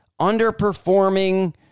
underperforming